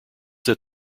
that